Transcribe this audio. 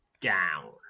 down